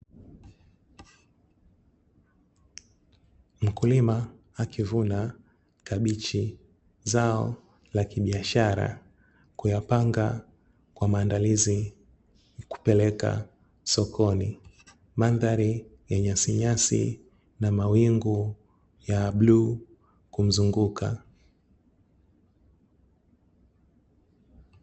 Mkulima akivuna kabichi zao la kibiashara. Kuyapanga kwa maandalizi ya kupeleka sokoni. Mandhari ya nyasi nyasi na mawingu ya bluu kumzunguka.